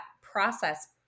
process